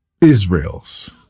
Israel's